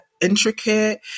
intricate